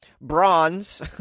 bronze